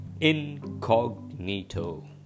incognito